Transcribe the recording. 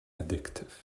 addictive